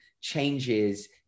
changes